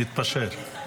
להתפשר.